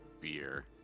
beer